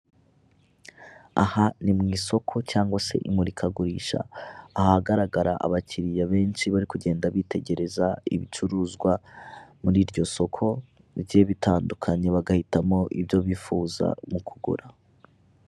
Aha ni mu isoko cyangwa se imurikagurisha, ahagaragara abakiliya benshi bari kugenda bitegereza ibicuruzwa muri iryo soko bigiye bitandukanye, bagahitamo ibyo bifuza mu kugura.